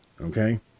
Okay